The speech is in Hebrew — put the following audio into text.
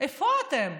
איפה אתם?